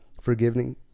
forgiving